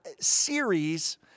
series